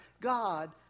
God